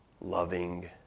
loving